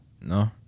No